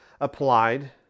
applied